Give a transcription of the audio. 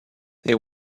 they